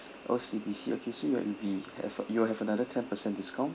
O_C_B_C okay so you will be have you'll have another ten percent discount